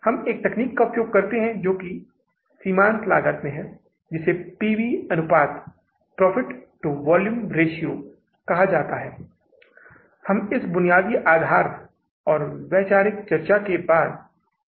इसलिए मैं यहां जो लिखने जा रहा हूं वह यह है कि अब हम वित्तपोषण व्यवस्था वित्तपोषण व्यवस्था के साथ शुरुआत कर रहे हैं